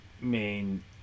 main